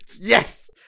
Yes